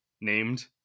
named